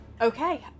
Okay